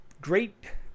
great